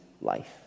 life